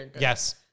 Yes